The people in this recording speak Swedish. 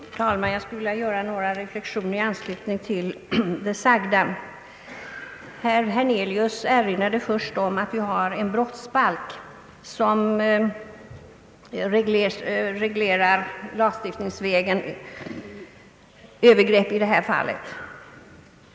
Herr talman! Jag skulle vilja göra några reflexioner i anslutning till det sagda. Herr Hernelius erinrade först om att vi har en brottsbalk, som lagstiftningsvägen reglerar övergrepp på detta område.